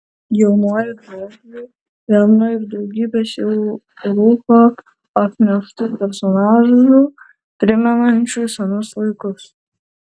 jaunuoju džordžu vienu iš daugybės jau rūko apneštų personažų primenančių senus laikus